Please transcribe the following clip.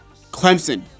Clemson